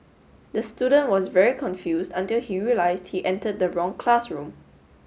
the student was very confused until he realised he entered the wrong classroom